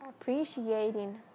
appreciating